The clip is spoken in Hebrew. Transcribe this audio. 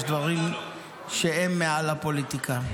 יש דברים שהם מעל הפוליטיקה.